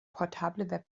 portable